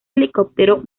helicóptero